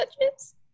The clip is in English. touches